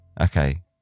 Okay